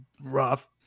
rough